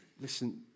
Listen